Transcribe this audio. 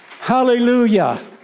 Hallelujah